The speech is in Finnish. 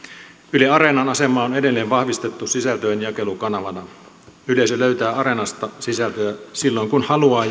yle areenan asemaa on edelleen vahvistettu sisältöjen jakelukanavana yleisö löytää areenasta sisältöjä silloin kun haluaa